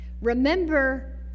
Remember